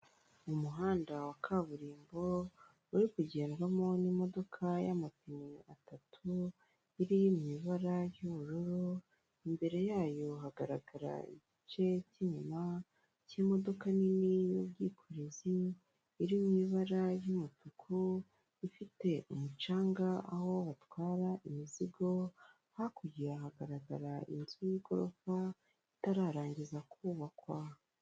Ni muhanda wa kaburimbo uri ku kugendamo n'imodoka y'amapine atatu iri mu ibara ry'ubururu, imbere yayo hagaragara igice cy'inyuma cy'imodoka nini y'ubwikorezi iri mu ibara ry'umutuku ifite umucanga aho batwara imizigo, hakurya hagaragara inzu y'igorofa itararangiza kubakwa.